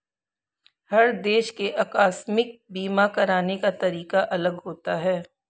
हर देश के आकस्मिक बीमा कराने का तरीका अलग होता है